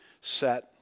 set